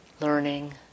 learning